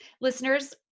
Listeners